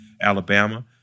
Alabama